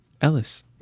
Ellis